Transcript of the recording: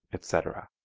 etc.